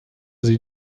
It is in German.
sie